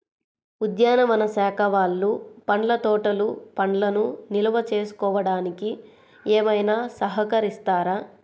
ఉద్యానవన శాఖ వాళ్ళు పండ్ల తోటలు పండ్లను నిల్వ చేసుకోవడానికి ఏమైనా సహకరిస్తారా?